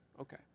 Okay